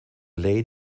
lady